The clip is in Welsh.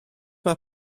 mae